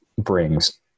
brings